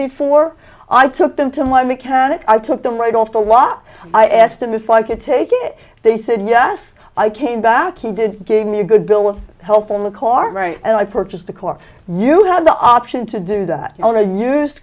before i took them to my mechanic i took them right off the lot i asked them if i could take it they said yes i came back he did give me a good bill of health on the car and i purchased the car you have the option to do that on a used